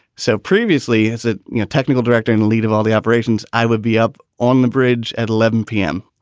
so previously as a you know technical director in the lead of all the operations, i would be up on the bridge at eleven p m.